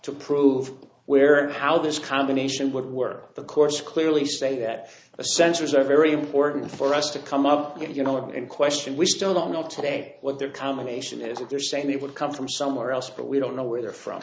to prove where or how this combination would work the course clearly say that a sensors are very important for us to come up to you know in question we still don't know today what their combination is if they're saying they would come from somewhere else but we don't know where they're from